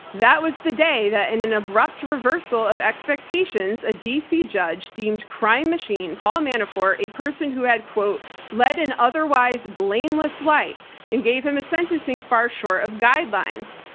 that was the day that, in an abrupt reversal of expectations, a d. c. judge deemed crime machine paul manafort, a person who had led an otherwise blameless life and gave him a sentencing far short of guidelines.